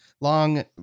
long